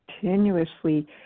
continuously